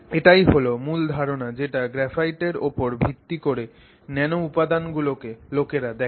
এটাই হল মুল ধারণা যেটা গ্রাফাইটের ওপর ভিত্তি করে ন্যানো উপাদান গুলোকে লোকেরা দেখে